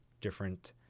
different